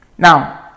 Now